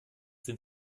sind